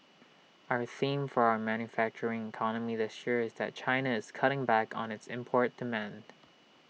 our theme for our manufacturing economy this year is that China is cutting back on its import demand